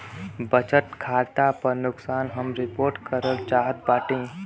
बचत खाता पर नुकसान हम रिपोर्ट करल चाहत बाटी